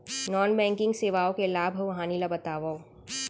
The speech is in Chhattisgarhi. नॉन बैंकिंग सेवाओं के लाभ अऊ हानि ला बतावव